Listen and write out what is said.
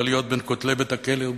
להיות בין כותלי בית-הכלא ובבית-הקברות.